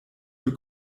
für